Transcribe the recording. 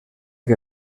que